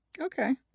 Okay